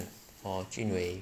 orh jun wei